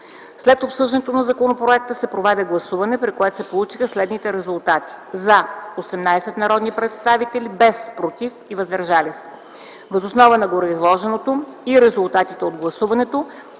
След обсъждането на законопроекта се проведе гласуване при което се получиха следните резултати: „за” – 18 народни представители, без „против” и „въздържали се”. Въз основа на гореизложеното и резултатите от гласуването,